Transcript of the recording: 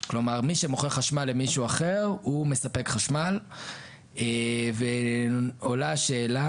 כלומר מי שמוכר חשמל למישהו אחר הוא מספק חשמל ועולה השאלה,